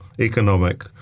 economic